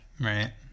right